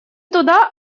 туда